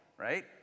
right